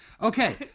Okay